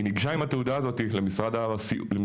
היא ניגשה עם התעודה הזאת למשרד הבריאות,